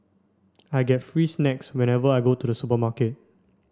I get free snacks whenever I go to the supermarket